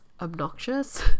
obnoxious